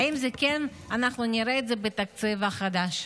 האם נראה את זה בתקציב החדש?